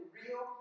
real